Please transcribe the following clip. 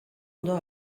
ondo